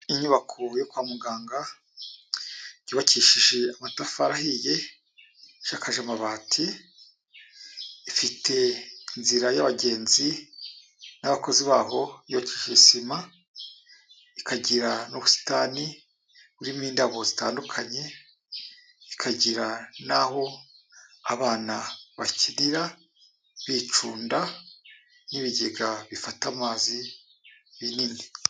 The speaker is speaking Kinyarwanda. Inyubako yo kwa muganga, yubakishije amatafari ahiye, ishakaje amabati, ifite inzira y'abagenzi n'abakozi baho, yubakishije sima, ikagira n'ubusitani, burimo indabo zitandukanye, ikagira n'aho abana bakinira, bicunda n'ibigega bifata amazi, binini.